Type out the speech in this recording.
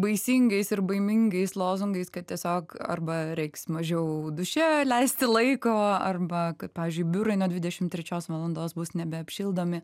baisingais ir baimingais lozungais kad tiesiog arba reiks mažiau duše leisti laiko arba kad pavyzdžiui biurai nuo dvidešim trečios valandos bus nebeapšildomi